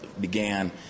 began